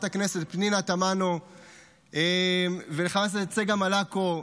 הכנסת פנינה תמנו ולחברת הכנסת צגה מלקו,